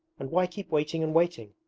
and why keep waiting and waiting?